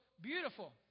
beautiful